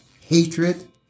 hatred